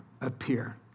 appear